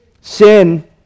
Sin